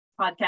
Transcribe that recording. podcast